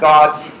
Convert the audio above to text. God's